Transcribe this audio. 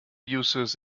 uses